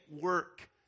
work